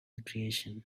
creation